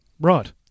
Right